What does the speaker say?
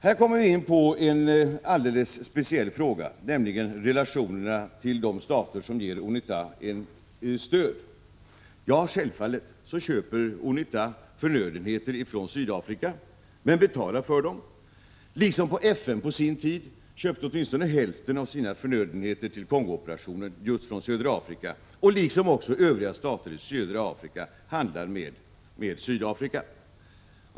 Här kommer vi in på en alldeles speciell fråga, nämligen relationerna till de stater som ger UNITA stöd. Självfallet köper UNITA förnödenheter från Sydafrika, men betalar för dem. FN köpte också på sin tid åtminstone hälften av sina förnödenheter till Kongooperationen just från södra Afrika, liksom Övriga stater i södra Afrika handlar med Sydafrika.